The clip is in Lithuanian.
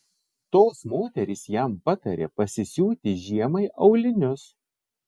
tos moterys jam patarė pasisiūti žiemai aulinius